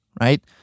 right